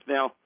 Now